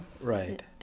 Right